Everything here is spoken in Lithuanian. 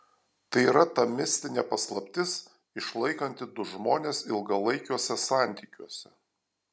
tai yra ta mistinė paslaptis išlaikanti du žmones ilgalaikiuose santykiuose